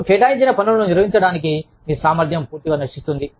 మీకు కేటాయించిన పనులను నిర్వహించడానికి మీ సామర్థ్యం పూర్తిగా నశిస్తుంది